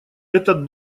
этот